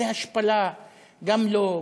זאת השפלה גם לו,